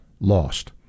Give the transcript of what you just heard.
lost